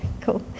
cool